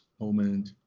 moment